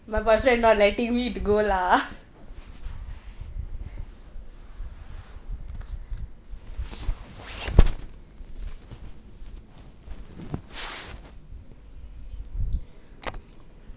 my boyfriend not letting me to go lah